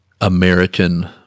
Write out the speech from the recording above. American